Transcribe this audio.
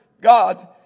God